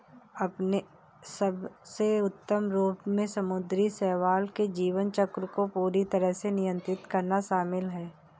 अपने सबसे उन्नत रूप में समुद्री शैवाल के जीवन चक्र को पूरी तरह से नियंत्रित करना शामिल है